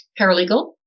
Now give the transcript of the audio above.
paralegal